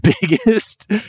biggest